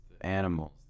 animals